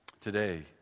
Today